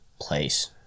place